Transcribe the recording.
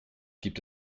gibt